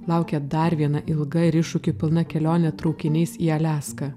laukė dar viena ilga ir iššūkių pilna kelionė traukiniais į aliaską